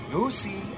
Lucy